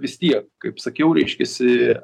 vis tiek kaip sakiau reiškiasi